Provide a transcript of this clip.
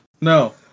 No